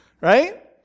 right